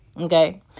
Okay